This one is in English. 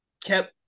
kept